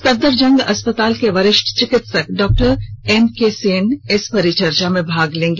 सफदरजंग अस्पताल के वरिष्ठ चिकित्सक डॉ एम के सेन इस परिचर्चा में भाग लेंगी